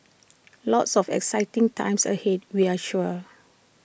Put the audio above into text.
lots of exciting times ahead we're sure